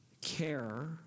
care